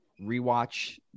rewatch